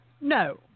No